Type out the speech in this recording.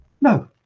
no